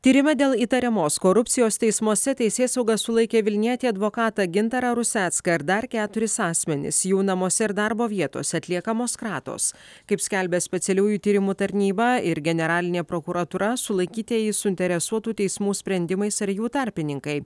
tyrime dėl įtariamos korupcijos teismuose teisėsauga sulaikė vilnietį advokatą gintarą rusecką ir dar keturis asmenis jų namuose ir darbo vietose atliekamos kratos kaip skelbia specialiųjų tyrimų tarnyba ir generalinė prokuratūra sulaikytieji suinteresuotų teismų sprendimais ar jų tarpininkai